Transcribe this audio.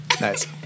Nice